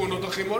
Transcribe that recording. תאונות דרכים?